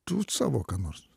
tai vat savo ką nors